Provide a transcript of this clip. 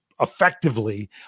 effectively